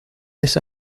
esa